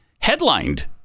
headlined